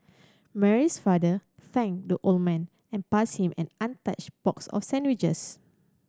Mary's father thanked the old man and passed him an untouched box of sandwiches